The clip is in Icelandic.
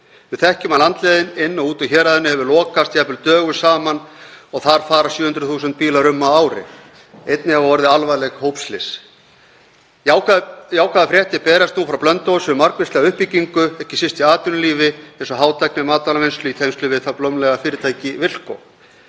Við þekkjum að landleiðin inn og út úr héraðinu hefur lokast jafnvel dögum saman og þar fara 700.000 bílar um á ári. Einnig hafa orðið alvarleg hópslys. Jákvæðar fréttir berast nú frá Blönduósi um margvíslega uppbyggingu, ekki síst í atvinnulífi eins og hátæknimatvælavinnslu í tengslum við það blómlega fyrirtæki Vilko.